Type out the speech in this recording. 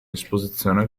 disposizione